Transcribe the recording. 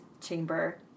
Chamber